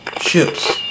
ships